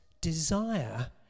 desire